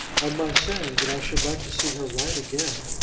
on my saying that i should like to see her write again,